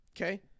okay